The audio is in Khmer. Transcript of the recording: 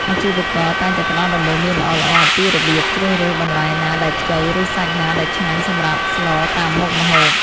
អាជីវករតែងតែផ្ដល់ដំបូន្មានល្អៗអំពីរបៀបជ្រើសរើសបន្លែណាដែលខ្ចីឬសាច់ណាដែលឆ្ងាញ់សម្រាប់ស្លតាមមុខម្ហូប។